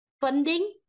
Funding